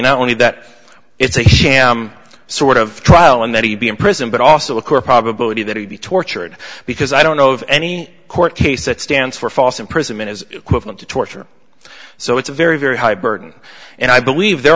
not only that it's a sort of trial and that he'd be in prison but also of course probability that he'd be tortured because i don't know of any court case that stands for false imprisonment as torture so it's a very very high burden and i believe their